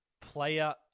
Player